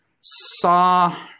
saw